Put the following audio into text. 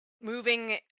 moving